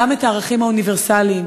גם את הערכים האוניברסליים,